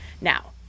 Now